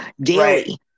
daily